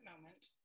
moment